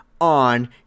on